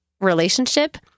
relationship